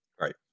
Right